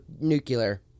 nuclear